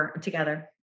Together